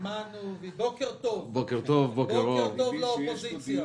בוקר טוב לאופוזיציה.